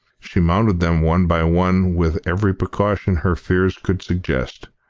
she mounted them one by one with every precaution her fears could suggest.